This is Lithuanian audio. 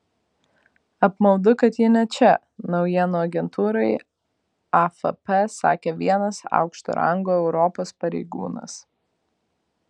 apmaudu kad ji ne čia naujienų agentūrai afp sakė vienas aukšto rango europos pareigūnas